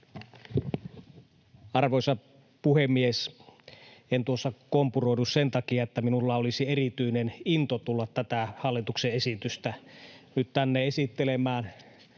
Arvoisa puhemies! En tuossa kompuroinut sen takia, että minulla olisi erityinen into tulla tätä hallituksen esitystä nyt tänne esittelemään.